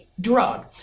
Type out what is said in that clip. drug